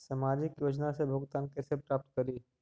सामाजिक योजना से भुगतान कैसे प्राप्त करी?